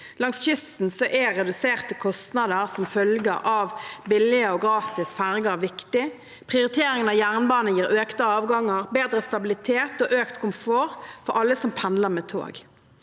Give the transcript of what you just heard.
Langs kysten er reduserte kostnader som følge av billige og gratis ferger viktig. Prioriteringen av jernbane gir økte avganger, bedre stabilitet og økt komfort for alle som pendler med tog.